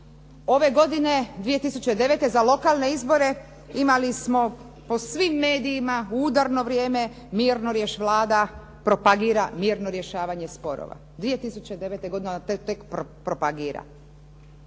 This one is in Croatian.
Ove godine 2009. za lokalne izbore imali smo po svim medijima u udarno vrijeme Vlada propagira mirno rješavanje sporova, 2009. godine tek propagira.